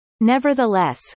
Nevertheless